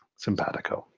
sympatico,